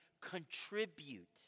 contribute